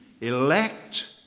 elect